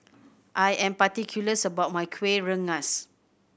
I am particular about my Kueh Rengas